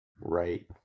Right